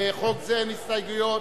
לחוק זה אין הסתייגויות.